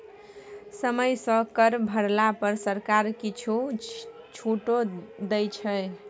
समय सँ कर भरला पर सरकार किछु छूटो दै छै